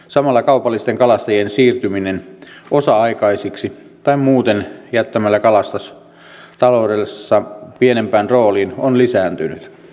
samalla kaupallisten kalastajien siirtyminen osa aikaisiksi tai muuten jättämällä kalastus taloudessa pienempään rooliin on lisääntynyt